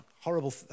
horrible